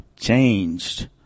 changed